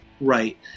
right